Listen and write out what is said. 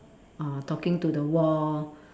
uh talking to the wall